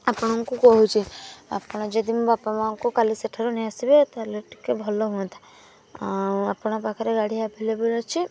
ଆପଣଙ୍କୁ କହୁଛି ଆପଣ ଯଦି ବାପା ମାଆଙ୍କୁ କାଲି ସେଠାରୁ ନେଇଆସିବେ ତା'ହେଲେ ଟିକେ ଭଲ ହୁଅନ୍ତା ଆଉ ଆପଣଙ୍କ ପାଖରେ ଗାଡ଼ି ଆଭେଲେବୁଲ୍ ଅଛି